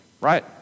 right